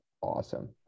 awesome